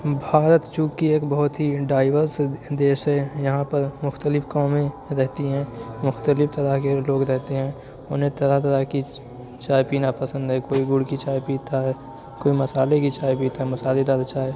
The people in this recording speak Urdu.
بھارت چونکہ ایک بہت ہی ڈائورس دیش ہے یہاں پر مختلف قومیں رہتی ہیں مختلف طرح کے لوگ رہتے ہیں اُنہیں طرح طرح کی چائے پینا پسند ہے کوئی گُڑ کی چائے پیتا ہے کوئی مسالے کی چائے پیتا ہے مسالے دار چائے